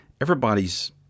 Everybody's